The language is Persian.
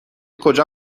کجا